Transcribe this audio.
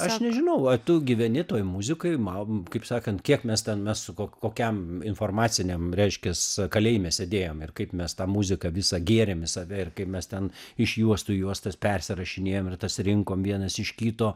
aš nežinau a tu gyveni toj muzikoj mau kaip sakant kiek mes ten su ko kokiam informaciniam reiškias kalėjime sėdėjom ir kaip mes tą muziką visą gėrėm į save ir kaip mes ten iš juostų į juostas persirašinėjom ir tas rinkom vienas iš kito